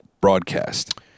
broadcast